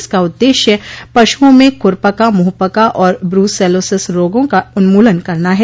इसका उद्देश्य पशुओं में खुरपका मुंहपका और ब्रूसेलोसिस रोगों का उन्मूलन करना है